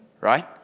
Right